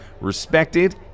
respected